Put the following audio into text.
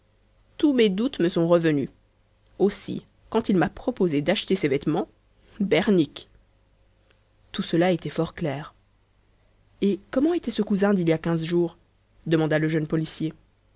tous mes doutes me sont revenus aussi quand il m'a proposé d'acheter ses vêtements bernique tout cela était fort clair et comment était ce cousin d'il y a quinze jours demanda le jeune policier